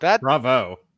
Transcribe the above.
Bravo